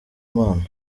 mana